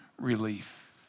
relief